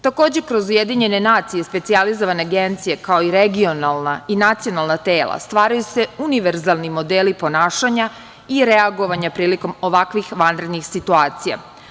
Takođe, kroz UN i specijalizovane agencije, kao i regionalna i nacionalna tela, stvaraju se univerzalni modeli ponašanja i reagovanja prilikom ovakvih vanrednih situacija.